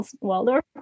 Waldorf